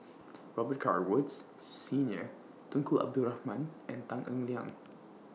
Robet Carr Woods Senior Tunku Abdul Rahman and Tan Eng Liang